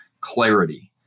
clarity